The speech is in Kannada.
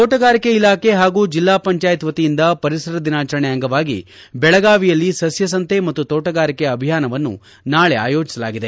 ತೋಟಗಾರಿಕೆ ಇಲಾಖೆ ಹಾಗೂ ಜಿಲ್ಲಾ ಪಂಚಾಯತ್ ವತಿಯಿಂದ ಪರಿಸರ ದಿನಾಚರಣೆ ಅಂಗವಾಗಿ ಬೆಳಗಾವಿಯಲ್ಲಿ ಸಸ್ಯ ಸಂತೆ ಮತ್ತು ತೋಟಗಾರಿಕೆ ಅಭಿಯಾನವನ್ನು ನಾಳೆ ಆಯೋಜಿಸಲಾಗಿದೆ